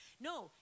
No